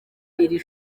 iri